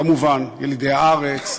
כמובן: ילידי הארץ,